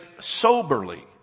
soberly